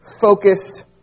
focused